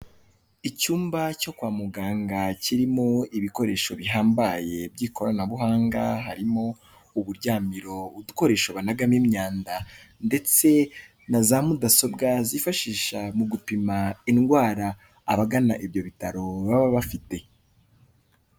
Icyumba cyo kwa muganga kirimo ibikoresho bihambaye by'ikoranabuhanga, harimo uburyamiro, udukoresho banagamo imyanda ndetse na za mudasobwa zifashisha mu gupima indwara abagana ibyo bitaro baba bafite.